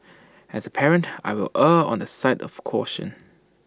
as A parent I will err on the side of caution